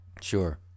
Sure